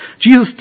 Jesus